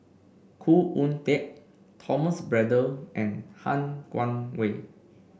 Khoo Oon Teik Thomas Braddell and Han Guangwei